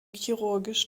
chirurgisch